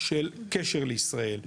של קשר לישראל,